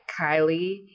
Kylie –